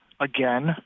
again